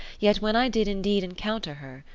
yet when i did indeed encounter her,